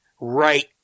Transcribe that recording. right